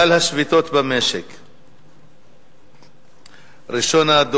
גל השביתות במשק, הצעות לסדר-היום מס' 5423,